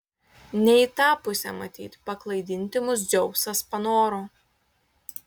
ne į tą pusę matyt paklaidinti mus dzeusas panoro